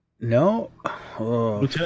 No